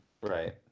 Right